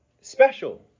special